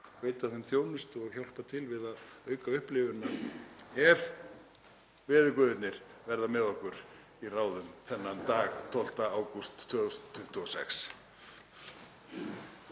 veita þeim þjónustu og hjálpa til við að auka upplifunina ef veðurguðirnir verða með okkur í ráðum þennan dag, 12. ágúst 2026.